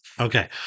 Okay